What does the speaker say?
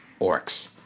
orcs